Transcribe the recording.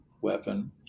weapon